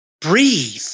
breathe